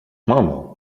mamo